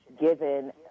given